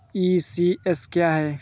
ECS क्या है?